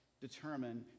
determine